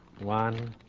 One